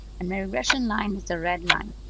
and my regression line is the red line.